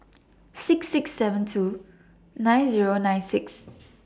six six seven two nine Zero nine six